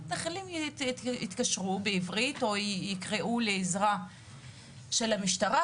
המתנחלים יתקשרו בעברית או יקראו לעזרה של המשטרה,